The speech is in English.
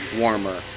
warmer